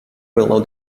below